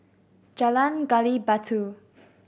Jalan Gali Batu